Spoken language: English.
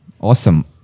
Awesome